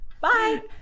Bye